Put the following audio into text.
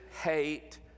hate